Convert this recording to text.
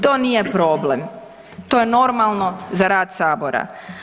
To nije problem, to je normalno za rad Sabora.